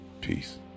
Peace